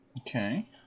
Okay